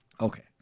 Okay